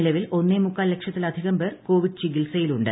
നിലവിൽ ഒന്നേമുക്കാൽ ലക്ഷത്തിലധികം പേർ കോവിഡ് ചികിത്സയിലുണ്ട്